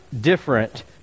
different